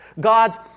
God's